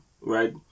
right